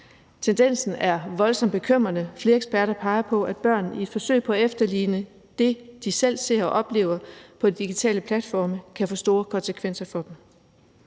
Tendensen er voldsomt bekymrende; flere eksperter peger på, at børn i et forsøg på at efterligne det, de selv ser og oplever på de digitale platforme, og at det kan få store konsekvenser for dem.